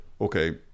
okay